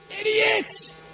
idiots